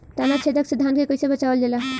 ताना छेदक से धान के कइसे बचावल जाला?